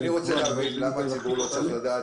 למה הציבור לא צריך לדעת?